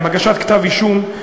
הגשת כתב-אישום,